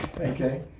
okay